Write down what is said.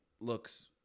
looks